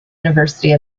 university